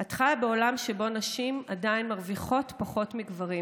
את חיה בעולם שבו נשים עדיין מרוויחות פחות מגברים